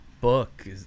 Book